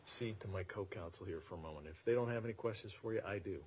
see to my co counsel here for a moment if they don't have any questions for you i